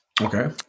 Okay